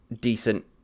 decent